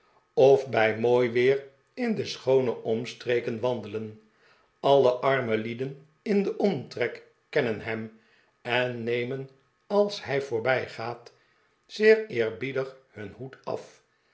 of bij mooi weer in de schoone omstreken wandelen alle arme lieden in den omtrek kennen hem en nemen als hij voorbijgaat zeer eerbiedig hun hoed af